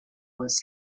was